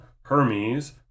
Hermes